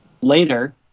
later